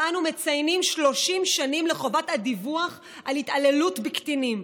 שבה אנו מציינים 30 שנים לחובת הדיווח על התעללות בקטינים.